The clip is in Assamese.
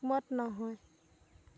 একমত নহয়